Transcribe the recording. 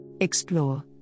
Explore